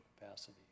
capacity